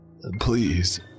Please